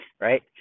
right